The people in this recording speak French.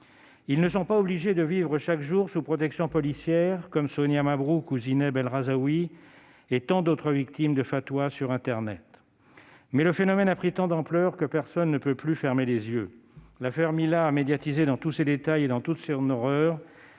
Ils ne sont pas obligés de vivre chaque jour sous protection policière, comme Sonia Mabrouk, comme Zineb El Rhazoui et tant d'autres, victimes de fatwas sur internet. Mais le phénomène a pris tant d'ampleur que personne ne peut plus fermer les yeux. L'affaire Mila, médiatisée dans tous ses détails et dans toute son horreur,